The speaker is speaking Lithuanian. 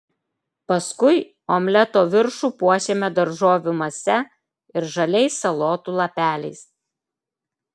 paskui omleto viršų puošiame daržovių mase ir žaliais salotų lapeliais